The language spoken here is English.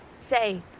say